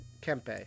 Kempe